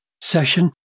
session